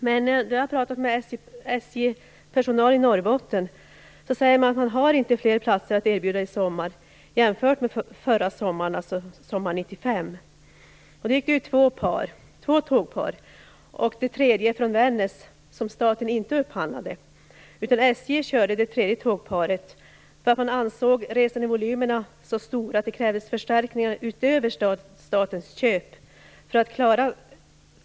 Men jag har pratat med SJ-personal i Norrbotten, och de säger att de inte har fler platser att erbjuda i sommar jämfört med förra sommaren, dvs. Det är det här tredje tågparet som staten nu har upphandlat.